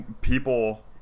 people